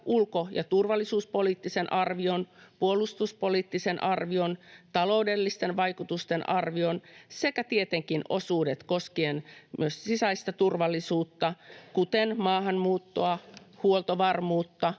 ulko- ja turvallisuuspoliittisen arvion, puolustuspoliittisen arvion, taloudellisten vaikutusten arvion sekä tietenkin osuudet koskien myös sisäistä turvallisuutta, kuten maahanmuuttoa, huoltovarmuutta,